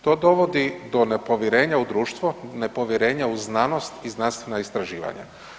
To dovodi do nepovjerenja u društvo, nepovjerenja u znanost i znanstvena istraživanja.